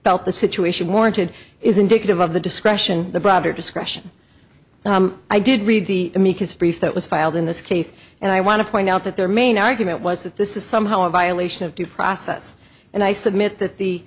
felt the situation warranted is indicative of the discretion the broader discretion i did read the brief that was filed in this case and i want to point out that their main argument was that this is somehow a violation of due process and i submit that the